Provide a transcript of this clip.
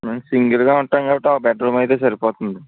నేను సింగిల్గా ఉంటాను కాబట్టి ఒక బెడ్రూమ్ అయితే సరిపోతుంది